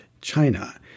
China